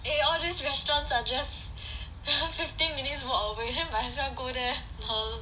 eh all these restaurants are just fifteen minutes walk away might as well go there lol